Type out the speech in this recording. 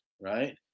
right